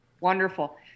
wonderful